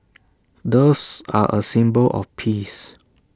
doves are A symbol of peace